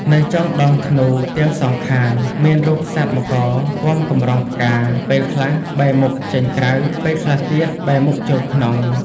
នៅចុងដងធ្នូទាំងសងខាង មានរូបសត្វមករពាំកម្រងផ្កា ពេលខ្លះបែរមុខចេញក្រៅ ពេលខ្លះទៀតបែរមុខចូលក្នុង។